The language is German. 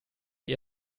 ihr